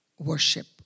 worship